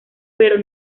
pero